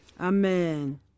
Amen